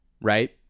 right